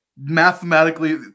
mathematically